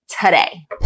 today